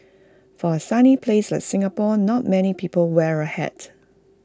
for A sunny place like Singapore not many people wear A hat